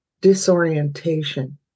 disorientation